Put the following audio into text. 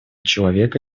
человека